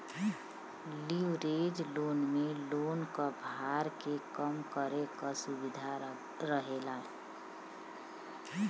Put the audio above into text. leverage loan में loan क भार के कम करे क सुविधा रहेला